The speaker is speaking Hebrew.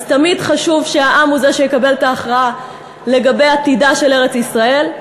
אז תמיד חשוב שהעם הוא זה שיקבל את ההכרעה לגבי עתידה של ארץ-ישראל.